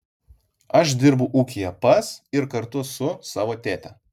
aš dirbu ūkyje pas ir kartu su savo tėte